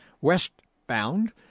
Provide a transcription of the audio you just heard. westbound